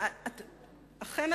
אכן,